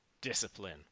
Discipline